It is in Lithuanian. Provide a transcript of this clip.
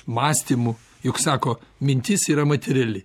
mąstymu juk sako mintis yra materiali